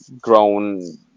grown